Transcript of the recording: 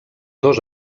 dos